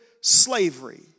slavery